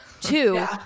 Two